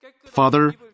Father